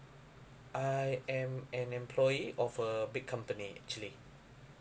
I am an employee of a big company actually